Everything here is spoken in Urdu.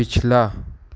پچھلا